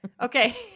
okay